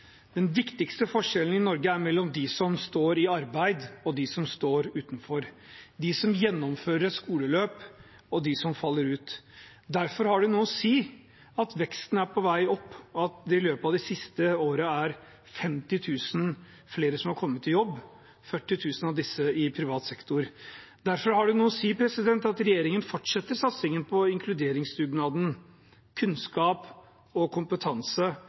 Den viktigste forskjellen i Norge er mellom dem som står i arbeid, og dem som står utenfor, mellom dem som gjennomfører et skoleløp, og dem som faller ut. Derfor har det noe å si at veksten er på vei opp, og at det i løpet av de siste årene er 50 000 flere som har kommet i jobb – 40 000 av disse i privat sektor. Derfor har det noe å si at regjeringen fortsetter satsingen på inkluderingsdugnaden, kunnskap og kompetanse